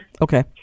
Okay